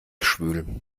schwül